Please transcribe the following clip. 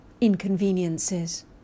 inconveniences